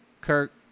Kirk